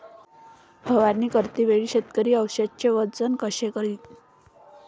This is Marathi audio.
फवारणी करते वेळी शेतकरी औषधचे वजन कस करीन?